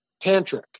tantric